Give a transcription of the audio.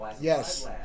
Yes